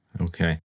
Okay